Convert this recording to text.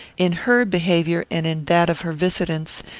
in her behaviour and in that of her visitants,